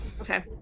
okay